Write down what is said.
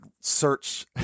search